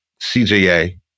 CJA